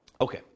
Okay